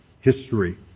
history